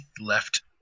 left